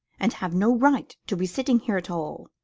and have no right to be sitting here at all.